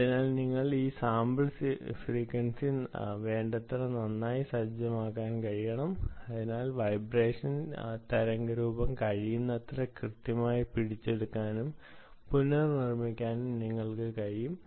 അതിനാൽ നിങ്ങൾക്ക് ഈ സാമ്പിൾ ആവൃത്തി വേണ്ടത്ര നന്നായി സജ്ജമാക്കാൻ കഴിയണം അതിനാൽ വൈബ്രേഷൻ തരംഗരൂപം കഴിയുന്നത്ര കൃത്യമായി പിടിച്ചെടുക്കാനും പുനർനിർമ്മിക്കാനും നിങ്ങൾക്ക് കഴിയും